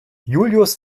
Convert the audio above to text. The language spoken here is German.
julius